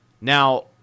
Now